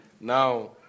Now